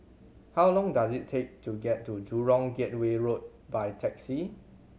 how long does it take to get to Jurong Gateway Road by taxi